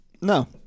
no